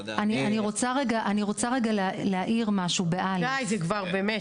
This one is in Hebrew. אני רוצה רגע להאיר משהו ענייני.